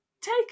take